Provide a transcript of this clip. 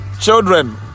children